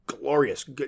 glorious